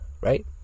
right